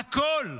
הכול.